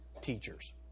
teachers